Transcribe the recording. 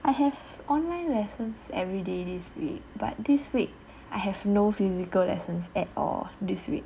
I have online lessons every day this week but this week I have no physical lessons at all this week